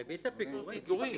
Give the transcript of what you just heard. בריבית הפיגורים.